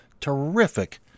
terrific